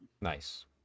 Nice